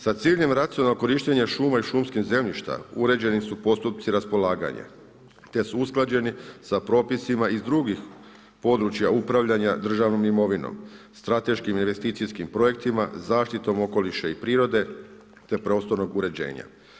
Sa ciljem racionalnog korištenja šuma i šumskog zemljišta, uređeni su postupci raspolaganja te su usklađeni za propisima iz drugih područja upravljanja državnom imovinom, strateškim investicijskim projektima, zaštitom okoliša i prirode te prostornog uređenja.